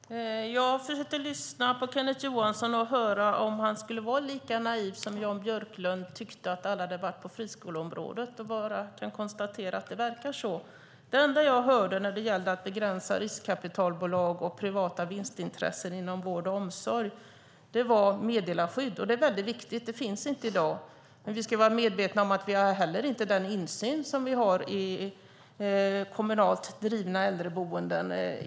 Herr talman! Jag försökte lyssna på Kenneth Johansson för att höra om han skulle vara lika naiv som Jan Björklund tyckte att alla hade varit på friskoleområdet. Jag kan konstatera att det verkar så. Det enda jag hörde när det gällde att begränsa riskkapitalbolag och privata vinstintressen inom vård och omsorg var meddelarskydd. Det är mycket viktigt. Det finns inte i dag. Men vi ska vara medvetna om att vi inte heller har den insyn som vi har i kommunalt drivna äldreboenden.